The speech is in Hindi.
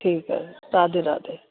ठीक है राधे राधे